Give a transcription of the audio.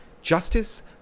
Justice